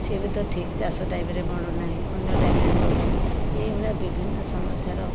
ସିଏ ବି ତ ଠିକ ଚାଷ ଟାଇମ୍ରେ ମିଳୁନାହିଁ ଅନ୍ୟ ଟାଇମ୍ରେ ମିଳୁଛି ଏହିଭଳିଆ ବିଭିନ୍ନ ସମସ୍ୟାର